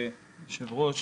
כבוד היושב-ראש,